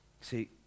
See